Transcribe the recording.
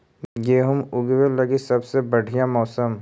गेहूँ ऊगवे लगी सबसे बढ़िया मौसम?